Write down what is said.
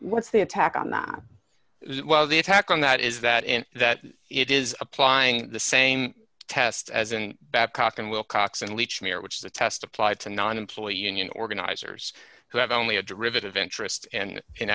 what's the attack on the well the attack on that is that in that it is applying the same test as in babcock and wilcox and leach mirror which is the test applied to non employee union organizers who have only a derivative interest and in